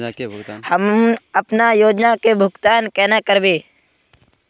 हम अपना योजना के भुगतान केना करबे?